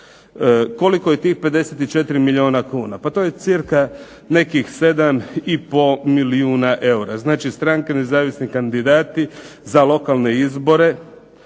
Koliko je tih 54 milijuna kuna? Pa to je cirka nekih 7 i pol milijuna eura. Znači stranke nezavisni kandidati za lokalne izbore